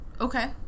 Okay